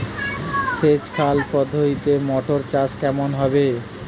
সেচ খাল পদ্ধতিতে মটর চাষ কেমন হবে?